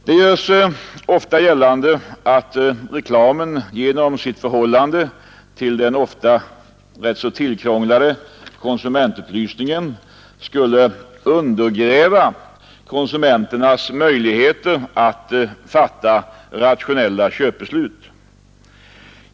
Det görs ibland gällande att reklamen genom sitt förhållande till den ofta rätt tillkrånglade konsumentupplysningen skulle undergräva konsumenternas möjligheter att fatta rationella köpbeslut.